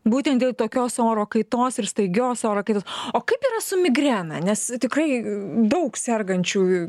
būtent dėl tokios oro kaitos ir staigios orų kaitos o kaip yra su migrena nes tikrai daug sergančiųjų